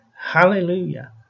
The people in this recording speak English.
Hallelujah